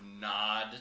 nod